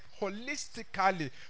holistically